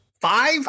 Five